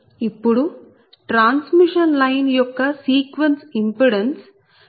ఇప్పుడు transmission line యొక్క sequence impedances